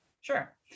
sure